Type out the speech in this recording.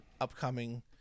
upcoming